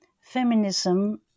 feminism